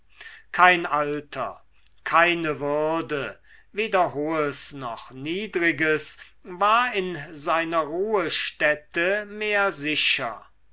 kein alter keine würde weder hohes noch niedriges war in seiner ruhestätte mehr sicher